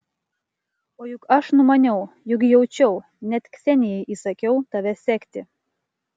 o juk aš numaniau juk jaučiau net ksenijai įsakiau tave sekti